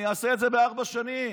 אני אעשה את זה בארבע שנים.